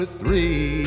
three